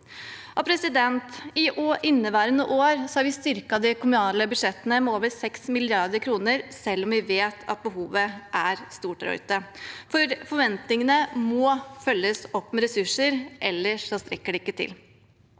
I inneværende år har vi styrket de kommunale budsjettene med over 6 mrd. kr, selv om vi vet at behovet er stort der ute. For forventningene må følges opp med ressurser, ellers strekker det ikke til.